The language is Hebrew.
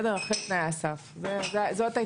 רשאי המורשה להיתר להפעיל סמכות,